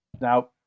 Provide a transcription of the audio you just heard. Now